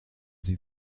sie